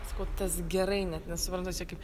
sakau tas gerai net nesuprantu čia kaip